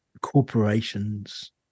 corporations